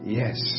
yes